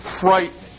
frightening